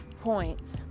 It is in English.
points